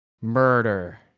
Murder